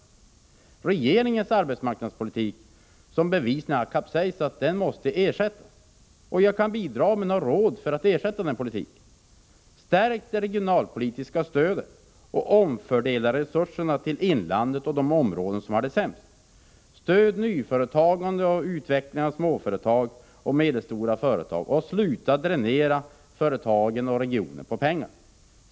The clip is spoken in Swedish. Regeringens arbetsmarknadspolitik, som bevisligen har kapsejsat, måste ersättas, och jag kan bidra med några råd för att ersätta den politiken. Stärk det regionalpolitiska stödet och omfördela resurserna till inlandet och de områden som har det sämst! Stöd nyföretagande och utveckling av småföretag och medelstora företag och sluta dränera företagen och regionen på pengar!